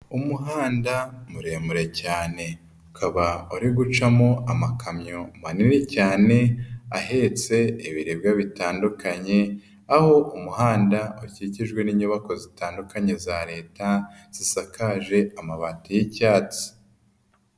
Umuhanda muremure cyane ukaba uri gucamo amakamyo manini cyane ahetse ibiribwa bitandukanye, aho umuhanda ukikijwe n'inyubako zitandukanye za leta zisakaje amabati y'icyatsi.